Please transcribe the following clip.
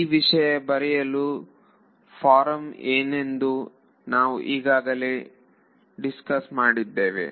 ಈ ವಿಷಯ ಬರೆಯಲು ಫಾರಂ ಏನೆಂದು ನಾವು ಈಗಾಗಲೇ ದಿಸ್ಕಸ್ ಮಾಡಿದ್ದೇವೆ